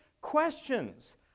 questions